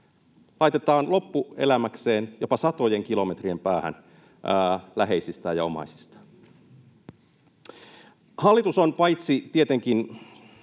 laitetaan loppuelämäkseen jopa satojen kilometrien päähän läheisistään ja omaisistaan. Hallitus on paitsi tietenkin